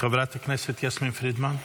חברת הכנסת יסמין פרידמן,